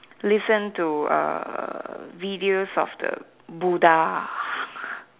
listen to err videos of the Buddha